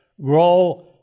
grow